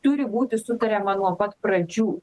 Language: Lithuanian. turi būti sutariama nuo pat pradžių